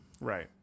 right